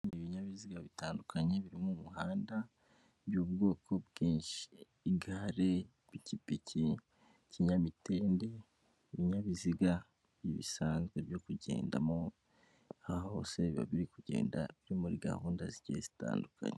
Ibinyabiziga bitandukanye biri mu muhanda by'ubwoko bwinshi, igare, ipikipiki, ikinyamitende, ibinyabiziga bisanzwe byo kugendamo, aha hose biba biri kugenda biri muri gahunda zigiye zitandukanye.